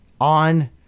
on